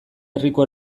herriko